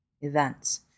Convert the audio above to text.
events